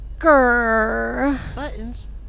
Buttons